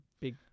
big